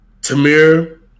Tamir